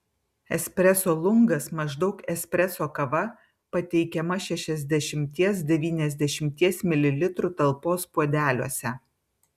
espreso lungas maždaug espreso kava pateikiama šešiasdešimties devyniasdešimties mililitrų talpos puodeliuose